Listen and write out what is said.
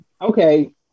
Okay